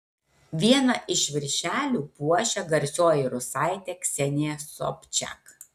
vieną iš viršelių puošia garsioji rusaitė ksenija sobčak